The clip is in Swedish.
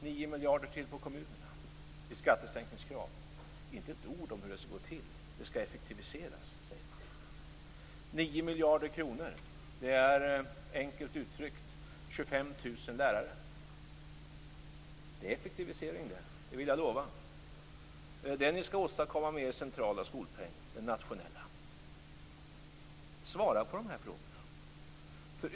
9 miljarder till på kommunerna i skattesänkningskrav, inte ett ord om hur det skall gå till. Det skall effektiviseras, säger man. 9 miljarder kronor, det är enkelt uttryckt 25 000 lärare. Det är effektivisering, det vill jag lova. Är det detta ni skall åstadkomma med er nationella skolpeng? Svara på de här frågorna!